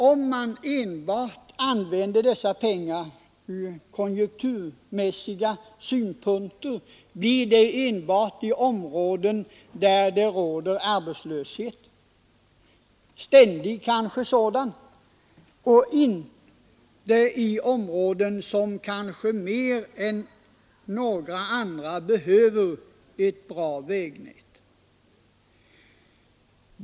Om man använder dessa pengar enbart för att påverka konjunkturen, kommer de endast sådana områden till godo där det råder arbetslöshet, kanske ständig sådan, och inte sådana områden, som kanske mer än några andra behöver ett bra vägnät.